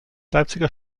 leipziger